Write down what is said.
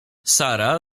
sara